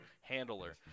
handler